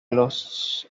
los